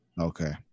Okay